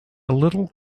little